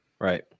Right